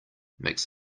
makes